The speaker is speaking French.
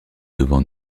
devant